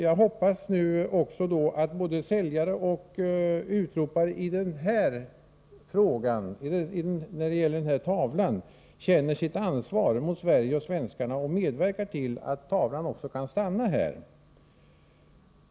Jag hoppas nu att både säljare och utropare när det gäller den aktuella tavlan känner sitt ansvar mot Sverige och svenskarna och medverkar till att tavlan kan stanna här.